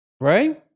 Right